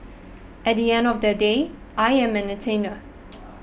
at the end of they day I am an entertainer